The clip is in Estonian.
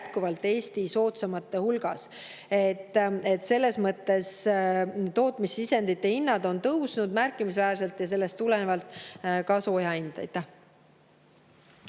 jätkuvalt Eesti soodsaimate hulgas. Selles mõttes on tootmissisendite hinnad tõusnud märkimisväärselt ja sellest tulenevalt ka sooja hind.